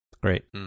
great